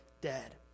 dead